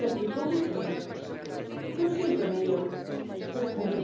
replicó blachevelle consiento en ello respondió